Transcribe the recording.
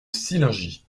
sillingy